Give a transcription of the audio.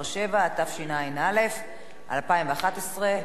התשע"א 2011,